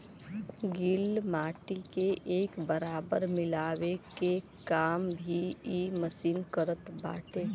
गिल माटी के एक बराबर मिलावे के काम भी इ मशीन करत बाटे